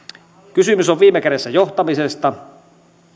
kysymys on viime kädessä johtamisesta